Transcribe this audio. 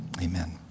Amen